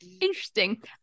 Interesting